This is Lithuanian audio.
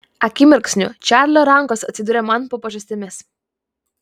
akimirksniu čarlio rankos atsidūrė man po pažastimis